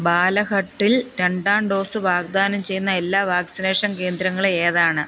മാലഹട്ടിൽ രണ്ടാം ഡോസ് വാഗ്ദാനം ചെയ്യുന്ന എല്ലാ വാക്സിനേഷൻ കേന്ദ്രങ്ങൾ ഏതാണ്